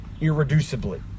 irreducibly